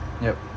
yup